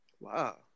Wow